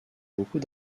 beaucoup